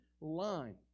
line